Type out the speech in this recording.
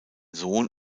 sohn